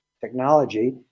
technology